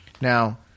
Now